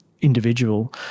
individual